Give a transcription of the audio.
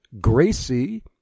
Gracie